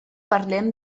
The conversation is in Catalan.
parlem